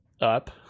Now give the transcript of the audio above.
up